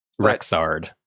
Rexard